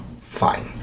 fine